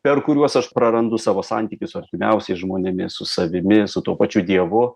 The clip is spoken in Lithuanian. per kuriuos aš prarandu savo santykį su artimiausiais žmonėmis su savimi su tuo pačiu dievu